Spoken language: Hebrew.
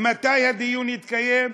מתי הדיון יתקיים,